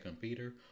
Peter